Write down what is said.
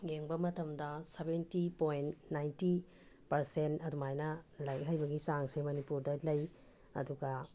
ꯌꯦꯡꯕ ꯃꯇꯝꯗ seventy point ninety percent ꯑꯗꯨꯃꯥꯥꯏꯅ ꯂꯥꯏꯔꯤꯛ ꯍꯩꯕꯒꯤ ꯆꯥꯡꯁꯦ ꯃꯅꯤꯄꯨꯔꯗ ꯂꯩ ꯑꯗꯨꯒ